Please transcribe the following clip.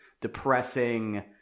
depressing